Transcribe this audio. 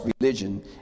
religion